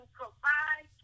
provide